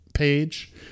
Page